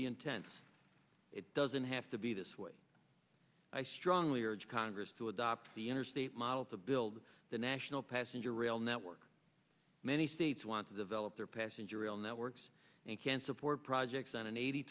be intense it doesn't have to be this way i strongly urge congress to adopt the interstate model to build the national passenger rail network many states want to develop their passenger rail networks and can support projects on an eighty